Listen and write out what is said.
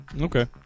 Okay